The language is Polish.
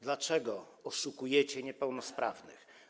Dlaczego oszukujecie niepełnosprawnych?